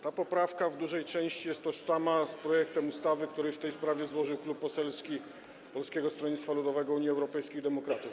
Ta poprawka w dużej części jest tożsama z projektem ustawy, który w tej sprawie złożył Klub Poselski Polskiego Stronnictwa Ludowego - Unii Europejskich Demokratów.